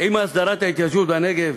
עם הסדרת ההתיישבות בנגב,